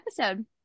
episode